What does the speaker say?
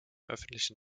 öffentlichen